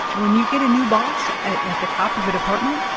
when you get a new boss at at the top of a department,